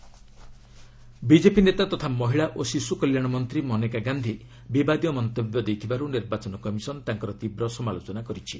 EC Maneka Gandhi BJP ନେତା ତଥା ମହିଳା ଓ ଶିଶୁ କଲ୍ୟାଣ ମନ୍ତ୍ରୀ ମନେକା ଗାନ୍ଧି ବିବାଦୀୟ ମନ୍ତବ୍ୟ ଦେଇଥିବାରୁ ନିର୍ବାଚନ କମିଶନ୍ ତାଙ୍କର ତୀବ୍ର ସମାଲୋଚନା କରିଛି